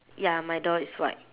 ya my door is white